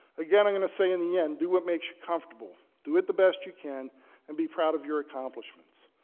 again, i'm going to say in the end, do what makes you comfortable. do it the best you can and be proud of your accomplishments.